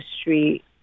street